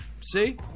See